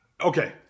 Okay